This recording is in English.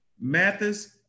Mathis